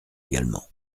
également